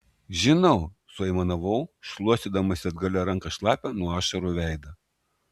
žinau suaimanavau šluostydamasi atgalia ranka šlapią nuo ašarų veidą